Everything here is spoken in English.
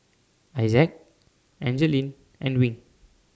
Isaak Angeline and Wing